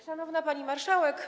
Szanowna Pani Marszałek!